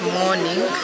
morning